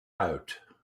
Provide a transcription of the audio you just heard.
out